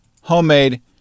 Homemade